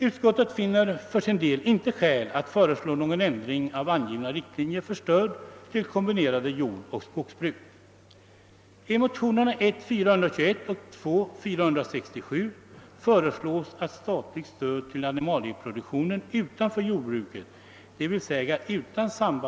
Utskottet finner för sin del inte skäl att föreslå någon ändring av angivna riktlinjer för stöd till kombinerade jordoch skogsbruk.